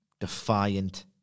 defiant